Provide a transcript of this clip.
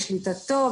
בשליטתו,